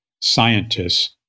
scientists